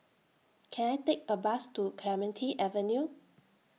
Can I Take A Bus to Clementi Avenue